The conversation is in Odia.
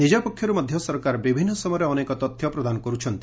ନିଜ ପକ୍ଷର୍ ମଧ୍ୟ ସରକାର ବିଭିନ୍ନ ସମୟରେ ଅନେକ ତଥ୍ୟ ପ୍ରଦାନ କରୁଛନ୍ତି